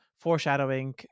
foreshadowing